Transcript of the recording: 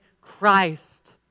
Christ